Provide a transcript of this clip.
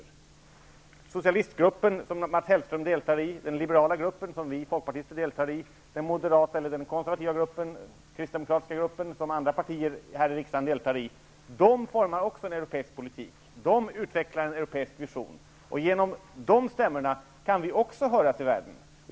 Den socialistgrupp som Mats Hellström deltar i, den liberala grupp som vi folkpartister deltar i och den moderata, konservativa, grupp eller den kristdemokratiska grupp som andra partier här i riksdagen deltar i formar också en europeisk politik och utvecklar en europeisk vision. Också genom dessa stämmor kan vi höras ute i världen.